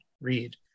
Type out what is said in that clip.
read